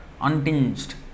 Untinged